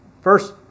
first